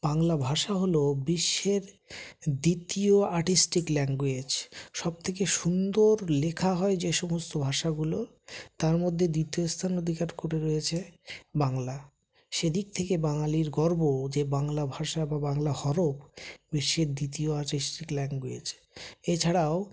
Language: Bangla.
বাংলা ভাষা হলো বিশ্বের দ্বিতীয় আর্টিস্টিক ল্যাঙ্গুয়েজ সবথেকে সুন্দর লেখা হয় যে সমস্ত ভাষাগুলো তার মধ্যে দ্বিতীয় স্থান অধিকার করে রয়েছে বাংলা সেদিক থেকে বাঙালির গর্ব যে বাংলা ভাষা বা বাংলা হরফ বিশ্বের দ্বিতীয় আর্টিস্টিক ল্যাঙ্গুয়েজ এছাড়াও